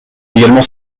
également